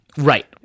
Right